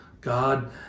God